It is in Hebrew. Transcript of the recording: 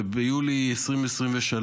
וביולי 2023,